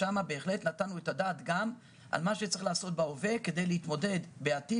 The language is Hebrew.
שם נתנו את הדעת על מה שצריך לעשות בהווה כדי להתמודד בעתיד